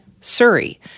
Surrey